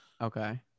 Okay